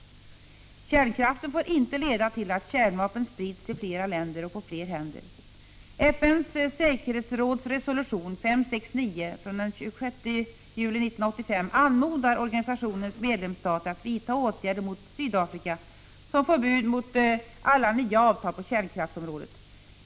Kärnkraften får inte leda till att kärnvapen sprids till flera länder och på fler händer. FN:s säkerhetsråds resolution 569 från den 26 juli 1985 anmodar organisationens medlemsstater att vidta åtgärder mot Sydafrika, såsom förbud mot alla nya avtal på kärnkraftsområdet.